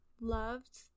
loved